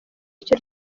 icyo